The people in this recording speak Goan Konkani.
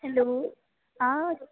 हॅलो आ